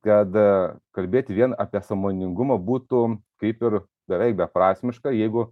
kad kalbėti vien apie sąmoningumą būtų kaip ir beveik beprasmiška jeigu